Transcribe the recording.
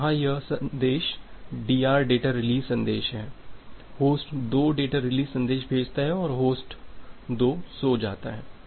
तो यहाँ यह DR डेटा रिलीज़ संदेश है होस्ट 2 डेटा रिलीज़ संदेश भेजता है और होस्ट 2 सो जाता है